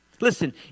Listen